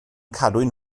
cadwyn